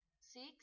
six